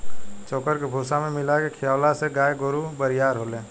चोकर के भूसा में मिला के खिआवला से गाय गोरु बरियार होले